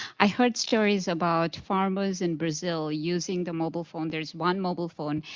i heard stories about farmers in brazil using the mobile phone. there's one mobile phone.